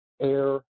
air